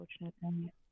unfortunately